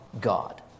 God